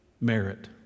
merit